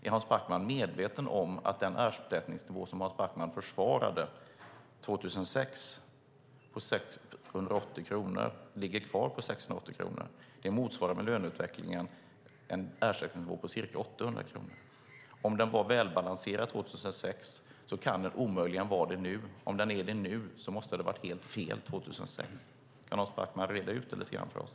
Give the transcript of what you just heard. Är Hans Backman medveten om att den ersättningsnivå på 680 kronor som Hans Backman försvarade 2006 ligger kvar på 680 kronor? Med löneutvecklingen motsvarar det en ersättningsnivå på ca 800 kronor. Om den var välbalanserad 2006 kan den omöjligen vara det nu. Om den är det nu måste det ha varit helt fel 2006. Kan Hans Backman reda ut det lite grann för oss?